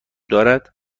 دارد